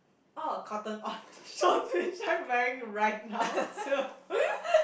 orh cotton on shorts which I'm wearing right now too